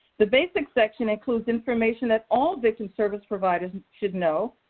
the basics section includes information that all victim service providers and should know,